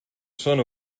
són